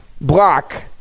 block